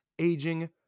aging